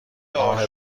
ماه